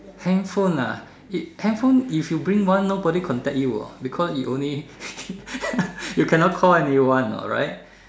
handphone ah handphone if you bring one nobody contact you hor because you only you cannot call anyone alright